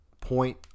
point